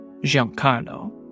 Giancarlo